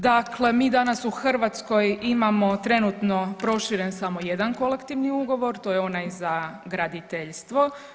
Dakle, mi danas u Hrvatskoj imamo trenutno proširen samo jedan kolektivni ugovor, to je onaj za graditeljstvo.